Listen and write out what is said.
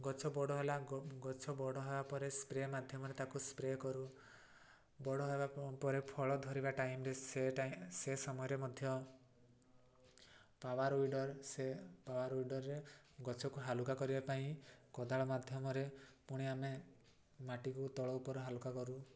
ଗଛ ବଡ଼ ହେଲା ଗଛ ବଡ଼ ହେବା ପରେ ସ୍ପ୍ରେ ମାଧ୍ୟମରେ ତାକୁ ସ୍ପ୍ରେ କରୁ ବଡ଼ ହେବା ପରେ ଫଳ ଧରିବା ଟାଇମ୍ରେ ସେ ଟାଇମ୍ ସେ ସମୟରେ ମଧ୍ୟ ପାୱାର ୱିଡ଼ର୍ ସେ ପାୱାର ୱିଡ଼ର୍ରେ ଗଛକୁ ହାଲୁକା କରିବା ପାଇଁ କୋଦାଳ ମାଧ୍ୟମରେ ପୁଣି ଆମେ ମାଟିକୁ ତଳ ଉପର ହାଲୁକା କରୁ